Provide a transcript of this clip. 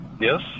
yes